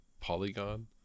polygon